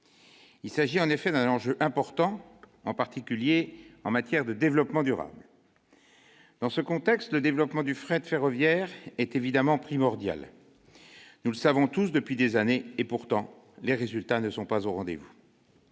Il s'agit en effet d'un enjeu important, en particulier en matière de développement durable. Dans ce contexte, le développement du fret ferroviaire est évidemment primordial. Nous le savons tous depuis des années, mais les résultats ne sont pourtant pas au rendez-vous.